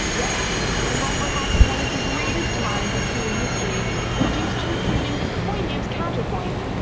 yes, we have perhaps one of the greatest minds of human history reduced to refuting the poignant counterpoint,